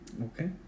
Okay